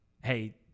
hey